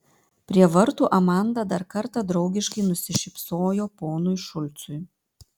prie vartų amanda dar kartą draugiškai nusišypsojo ponui šulcui